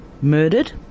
murdered